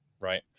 Right